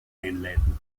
einleiten